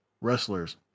wrestlers